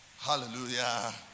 Hallelujah